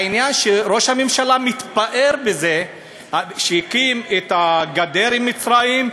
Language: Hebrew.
העניין שראש הממשלה מתפאר בזה שהקים את הגדר עם מצרים,